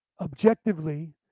objectively